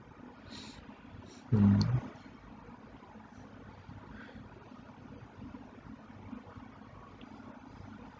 mm